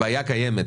הבעיה קיימת.